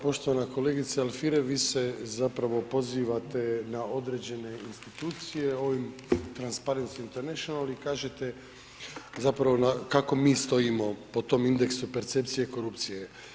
Poštovana kolegice Alfirev, vi se zapravo pozivate na određene institucije, ovim, Transparency International i kažete zapravo kako mi stojimo po tom indeksu percepcije i korupcije.